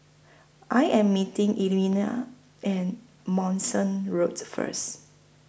I Am meeting Elmina and Manston Road First